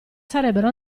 sarebbero